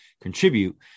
contribute